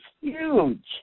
huge